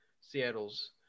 Seattle's